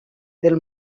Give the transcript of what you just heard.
del